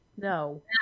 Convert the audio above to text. No